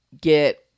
Get